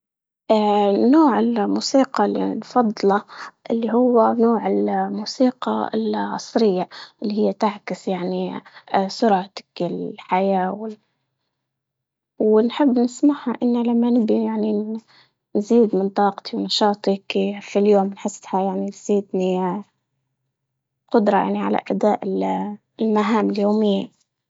اه نوع الموسيقى المفضلة اللي هو نوع الموسيقى العصرية، اللي هي تعكس يعني اه سرعة الحياة ونحب نسمعها انا لما نيجي يعني نزيد من طاقتي ونشاطي في اليوم نحسدها يعني في بيت قدرة يعني على اداء المهام اليومية